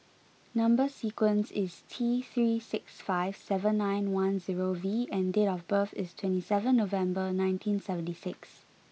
number sequence is T three six five seven nine one zero V and date of birth is twenty seven November nineteen seventy six